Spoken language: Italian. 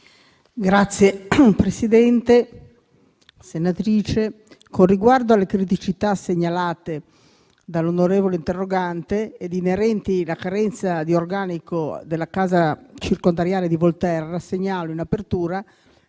Signor Presidente, con riguardo alle criticità segnalate dall'onorevole interrogante e inerenti la carenza di organico della casa circondariale di Volterra, segnalo in apertura